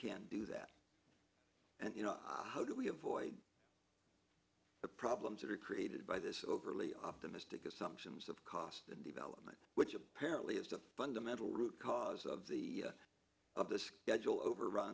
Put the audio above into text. can do that and you know how do we avoid the problems that are created by this overly optimistic assumptions of cost and development which apparently is the fundamental root cause of the of the